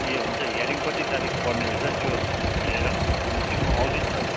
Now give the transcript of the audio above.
ए हुन्छ हियरिङ कति तारिख पर्ने रहेछ त्यो हेरेर खबर गर्नु होस् कि म आउँछु नि सर